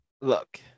Look